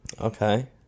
Okay